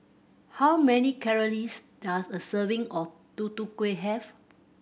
how many calories does a serving of Tutu Kueh have